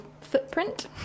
footprint